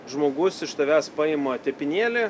žmogus iš tavęs paima tepinėlį